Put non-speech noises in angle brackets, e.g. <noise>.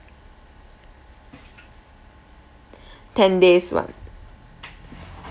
<breath> ten days [one]